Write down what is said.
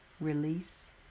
release